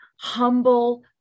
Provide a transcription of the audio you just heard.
humble